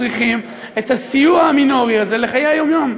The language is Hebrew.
צריכים את הסיוע המינורי הזה לחיי היום-יום.